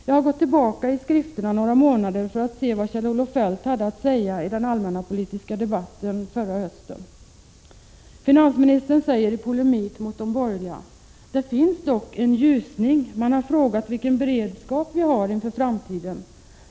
Jag har gått tillbaka i skrifterna några månader för att se vad Kjell-Olof Feldt hade att säga i den allmänpolitiska debatten förra hösten. Finansministern säger i polemik mot de borgerliga: ”Det finns dock en ljusning. Man har frågat vilken beredskap vi har inför framtiden.